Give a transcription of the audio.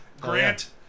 Grant